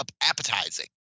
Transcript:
appetizing